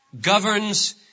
governs